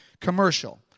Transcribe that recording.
commercial